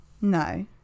no